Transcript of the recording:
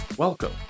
Welcome